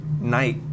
night